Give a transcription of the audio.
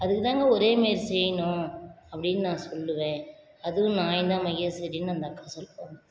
அதுக்கு தாங்க ஒரே மாரி செய்யணும் அப்படின்னு நான் சொல்லுவேன் அதுவும் நான் என்ன மகேஸ்வரின்னு அந்த அக்கா சொல்லுவாங்க